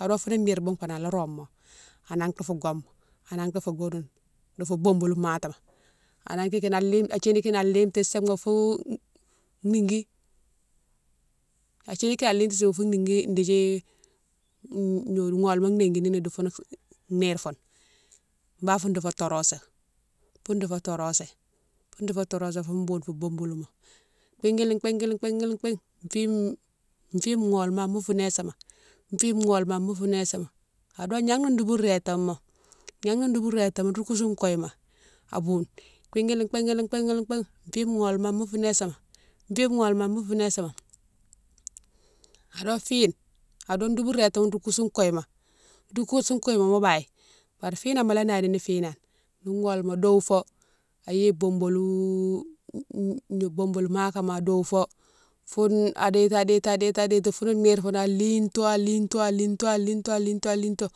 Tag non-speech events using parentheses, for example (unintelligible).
arome founi nire bouga ala rome mo, a nanti fou goma, a nanti fou dodoma, difou boboli matima (unintelligible) a thini kine a lété sima fo nigui, a thini kine lété sima fou nigui dékdi gnodiou, gholma nékini di foune fou nire foune ba fou difo torasa, fou difo torasé, foune difo torésé fou bou fou bobolima pékéli pékéli pékéli pé, fine fine gholma an moufinésema, fine gholma an moufinésema, ado gnanlé douboune rétamo. gnanlé douboune rétano nro kousou kouye ma, abou pékili pékéli pékili pé fine gholma an moufinésema, fine gholma an moufinésema ado fine, ado doubou rétamo nro kousou kouye ma, nro kousou kouye ma mo baye bari finan mola nadini finan gholma do fo ayéye bobolo (hesitation) bobolou makama ado fo foune a déti adéti adéti adéti foune nire foune a lito lito lito lito ito lito.